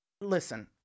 Listen